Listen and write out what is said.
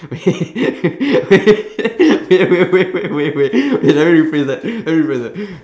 eh wait wait wait wait wait wait wait let me rephrase that let me rephrase that